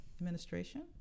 administration